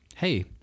Hey